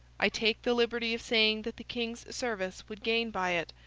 i take the liberty of saying that the king's service would gain by it,